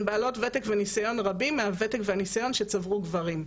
בעלות ותק וניסיון רבים מהוותק והניסיון שצברו גברים.